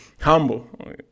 Humble